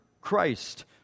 Christ